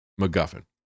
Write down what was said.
MacGuffin